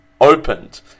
opened